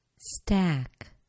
Stack